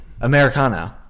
Americano